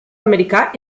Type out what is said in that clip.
americà